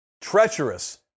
Treacherous